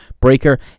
Breaker